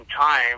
time